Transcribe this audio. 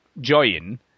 join